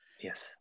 Yes